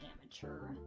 amateur